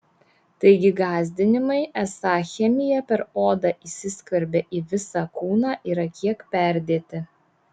taigi gąsdinimai esą chemija per odą įsiskverbia į visą kūną yra kiek perdėti